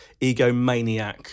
egomaniac